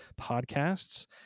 Podcasts